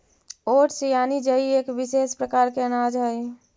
oats यानि जई एक विशेष प्रकार के अनाज हइ